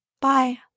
Bye